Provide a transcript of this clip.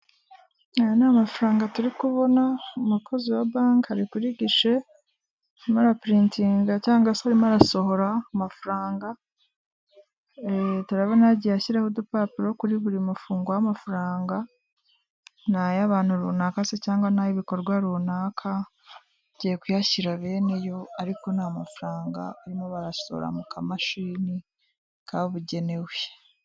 Aya ni amafaranga turi kubona, umukozi wa banki ari kuri gishe arimo araprinting cyangwa se arimo arasohora amafaranga, turabona yagiye ashyiraho udupapuro kuri buri mufungo w'amafaranga. Ni ay'abantu runaka se cyangwa n'ay'ibikorwa runaka agiye kuyashyira bene yo, ariko ni amafaranga barimo barasohora mu kamashini kabugenewe.